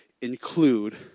include